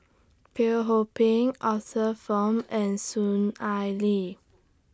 Teo Ho Pin Arthur Fong and Soon Ai Ling